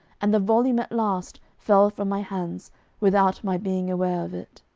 and the volume at last fell from my hands without my being aware of it.